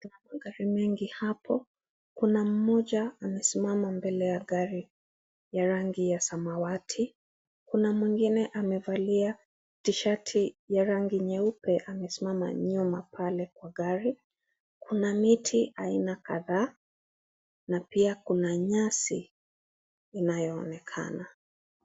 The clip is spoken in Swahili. Magari mengi hapo, kuna mmoja amesimama mbele ya gari ya rangi ya samawati, kuna mwigine amevalia tishati ya rangi nyeupe amesimama nyuma pale kwa gari, mna miti aina kadhaa na pia kuna nyasi inayoonekana.